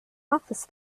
office